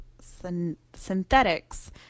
synthetics